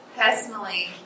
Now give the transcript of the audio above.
personally